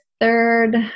third